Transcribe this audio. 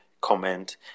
comment